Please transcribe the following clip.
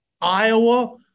Iowa